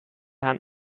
hand